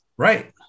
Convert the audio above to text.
Right